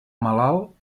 malalt